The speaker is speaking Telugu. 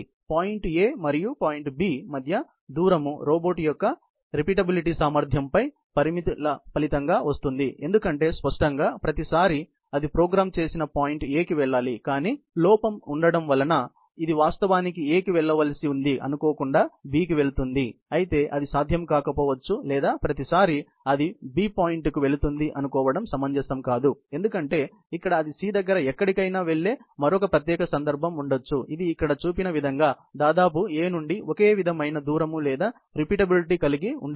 పాయింట్ A మరియు పాయింట్ B మధ్య దూరం రోబోట్ యొక్క పునరావృత సామర్థ్యంపై పరిమితుల ఫలితంగా వస్తుంది ఎందుకంటే స్పష్టంగా ప్రతిసారీ అది ప్రోగ్రామ్ చేసిన పాయింట్ A కి వెళ్ళాలి కానీ లోపము ఉండటం వలన ఇది వాస్తవానికి A కి వెళ్ళవలిసింది అనుకోకుండా B కి వెళుతుంది అయితే అది సాధ్యం కాకపోవచ్చు లేదా ప్రతిసారీ అది B పాయింట్కు వెళుతుందని అనుకోవడం సమంజసం కాదు ఎందుకంటే ఇక్కడ అది C దగ్గర ఎక్కడికయినా వెళ్ళే మరొక ప్రత్యేక సందర్బము ఉండవచ్చు ఇది ఇక్కడ చూపిన విధంగా దాదాపుగా A నుండి ఒకే విధమైన దూరం లేదా రిపీటబిలిటీ కలిగి ఉండవచ్చు